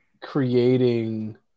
creating